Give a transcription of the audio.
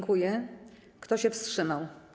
Kto się wstrzymał?